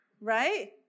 right